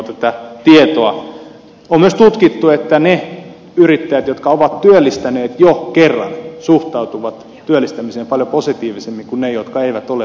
on myös tutkittu että ne yrittäjät jotka ovat työllistäneet jo kerran suhtautuvat työllistämiseen paljon positiivisemmin kuin ne jotka eivät vielä ole